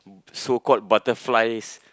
so called butterflies